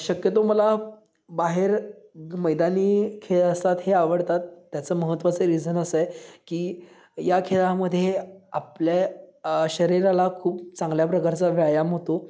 शक्यतो मला बाहेर मैदानी खेळ असतात हे आवडतात त्याचं महत्त्वाचं रिझन असं आहे की या खेळामध्ये आपल्या शरीराला खूप चांगल्या प्रकारचा व्यायाम होतो